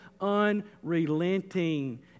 unrelenting